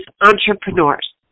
entrepreneurs